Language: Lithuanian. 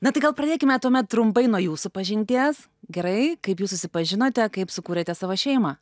na tai gal pradėkime tuomet trumpai nuo jūsų pažinties gerai kaip jūs susipažinote kaip sukūrėte savo šeimą